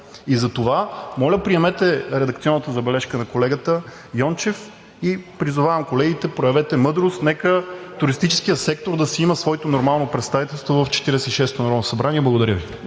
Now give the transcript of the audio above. Затова моля да приемете редакционната забележка на колегата Йончев и призовавам колегите да проявят мъдрост и туристическият сектор да си има своето нормално представителство в 46-ото народно събрание. Благодаря Ви.